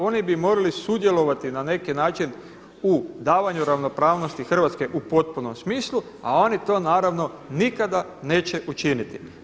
Oni bi morali sudjelovati na neki način u davanju ravnopravnosti Hrvatske u potpunom smislu, a oni to naravno nikada neće učiniti.